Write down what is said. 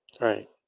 Right